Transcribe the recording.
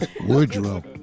Woodrow